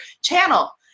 channel